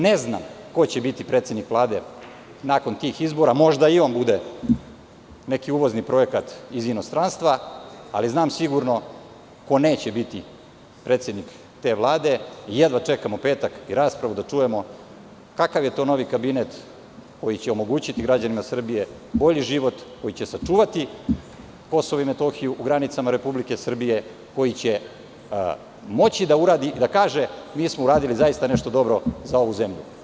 Ne znam koće biti predsednik Vlade nakon tih izbora, možda i on bude neki uvozni projekat iz inostranstva, ali znam sigurno ko neće biti predsednik te Vlade i jedva čekam i raspravu da čujemo kakav je to novi kabinet koji će omogućiti građanima Srbije bolji život i koji će sačuvati KiM u granicama Republike Srbije, koji će moći da kaže, mi smo uradili nešto dobro za ovu zemlju.